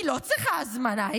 היא לא צריכה הזמנה,